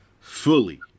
Fully